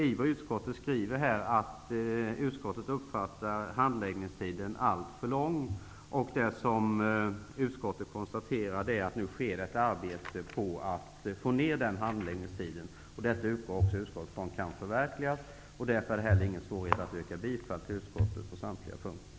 I utskottets skrivning ligger att utskottet uppfattar handläggningstiderna såsom alltför långa. Utskottet konstaterar att man arbetar på att förkorta handläggningstiderna. Utskottet utgår från att detta skall kunna förverkligas. Därför innebär det ingen svårighet för mig att yrka bifall till utskottets hemställan på samtliga punkter.